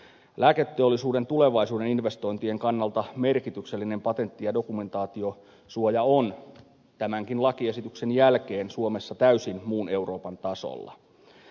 lääketeollisuuden tulevaisuuden investointien kannalta merkityksellinen patentti ja dokumentaatiosuoja on tämänkin lakiesityksen jälkeen suomessa täysin muun euroopan tasolla